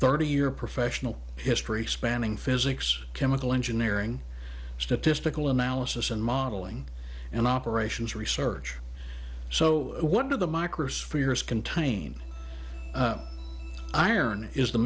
thirty year professional history spanning physics chemical engineering statistical analysis and modeling and operations research so what do the microspheres contain iron is the